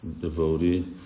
devotee